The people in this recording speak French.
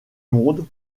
monde